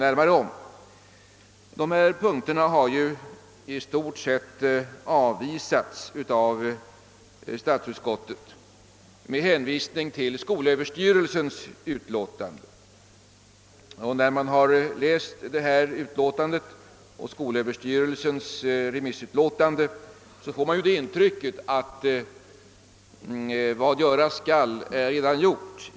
De önskemål vi framställt har ju i stort sett avvisats av statsutskottet med hänvisning till skolöverstyrelsens yttrande. När man läser utlåtandet och skolöverstyrelsens remissyttrande kommer man att tänka på följande bekanta ord: » Vad göras skall är allaredan gjort.